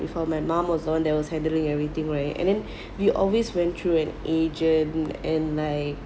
before my mum was the one handling everything right and then we always went through an agent and like